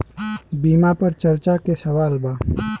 बीमा पर चर्चा के सवाल बा?